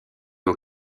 aux